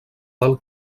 del